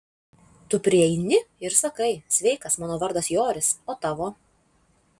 tu prieini ir sakai sveikas mano vardas joris o tavo